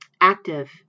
active